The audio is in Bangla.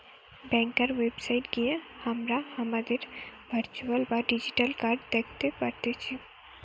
ব্যাংকার ওয়েবসাইট গিয়ে হামরা হামাদের ভার্চুয়াল বা ডিজিটাল কার্ড দ্যাখতে পারতেছি